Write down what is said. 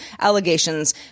allegations